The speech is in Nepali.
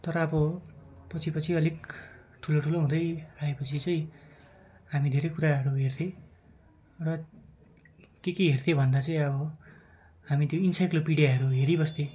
तर अब पछि पछि अलिक ठुलो ठुलो हुँदै गएपछि चाहिँ हामी धेरै कुराहरू हेर्थ्यौँ र के के हेर्थ्यौँ भन्दा चाहिँ अब हामी त्यो इन्साइक्लोपिडियाहरू हेरिबस्थ्यौँ